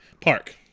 park